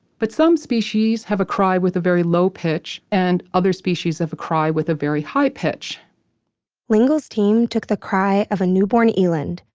but some species have a cry with a very low pitch and other species have a cry with a very high pitch lingle's team took the cry of a newborn eland,